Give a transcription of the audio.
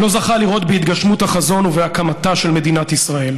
לא זכה לראות בהתגשמות החזון ובהקמתה של מדינת ישראל.